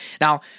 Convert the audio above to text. Now